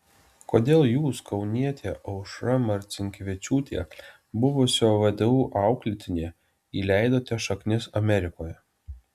kodėl jūs kaunietė aušra marcinkevičiūtė buvusio vdu auklėtinė įleidote šaknis amerikoje